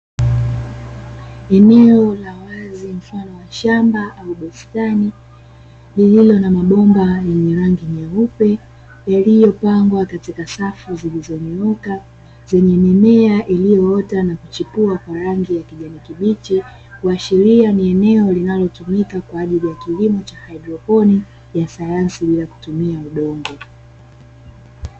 Eneo la wazi mfano wa shamba au bustani lililo na mabomba yenye rangi nyeupe yaliyopangwa katika safu zilizonyooka zenye mimea iliyoota na kuchipua kwa rangi ya kijani kibichi, kuashiria ni eneo linalotumika kwa ajili ya kilimo cha haidroponi ya sayansi bila ya kutumia udongo.